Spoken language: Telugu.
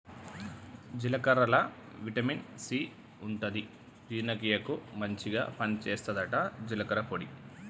జీలకర్రల విటమిన్ సి ఎక్కువుంటది జీర్ణ క్రియకు మంచిగ పని చేస్తదట జీలకర్ర పొడి